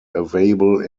available